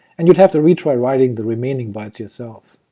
and you'd have to retry writing the remaining bytes yourself.